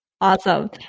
Awesome